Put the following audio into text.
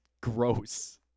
gross